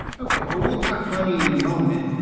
okay, well we'll talk money in a moment.